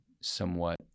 somewhat